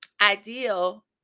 ideal